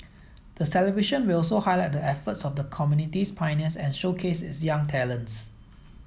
the celebration will also highlight the efforts of the community's pioneers and showcase its young talents